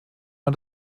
man